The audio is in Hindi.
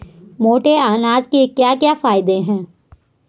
मोटे अनाज के क्या क्या फायदे हैं?